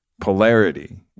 polarity